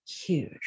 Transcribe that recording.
huge